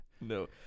No